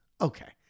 Okay